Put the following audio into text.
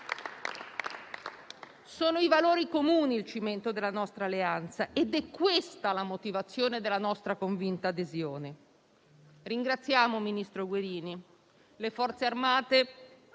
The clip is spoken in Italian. Sono i valori comuni il cemento della nostra alleanza ed è questa la motivazione della nostra convinta adesione. Ringraziamo il ministro Guerini, le Forze armate